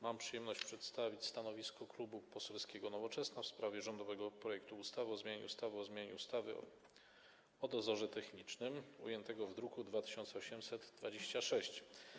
Mam przyjemność przedstawić stanowisko Klubu Poselskiego Nowoczesna w sprawie rządowego projektu ustawy o zmianie ustawy o dozorze technicznym ujętego w druku nr 2826.